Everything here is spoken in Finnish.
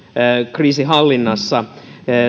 kriisinhallinnassa